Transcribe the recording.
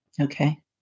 Okay